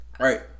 Right